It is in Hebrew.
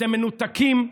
אתם מנותקים,